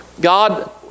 God